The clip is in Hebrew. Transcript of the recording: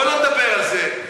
בואי לא נדבר על זה,